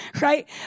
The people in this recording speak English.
right